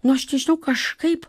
nu aš nežinau kažkaip